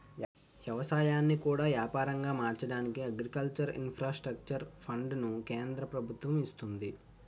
ఎవసాయాన్ని కూడా యాపారంగా మార్చడానికి అగ్రికల్చర్ ఇన్ఫ్రాస్ట్రక్చర్ ఫండును కేంద్ర ప్రభుత్వము ఇస్తంది